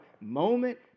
moment